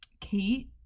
Kate